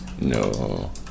No